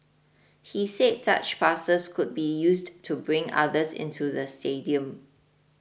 he said such passes could be used to bring others into the stadium